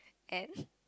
and